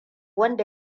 wanda